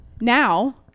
now